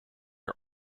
are